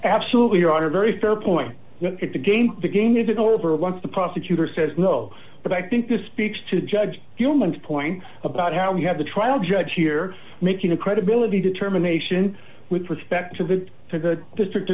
absolutely or on a very fair point look at the game the game is over once the prosecutor says no but i think this speaks to judge humans point about how we have the trial judge here making a credibility determination with respect to the to the district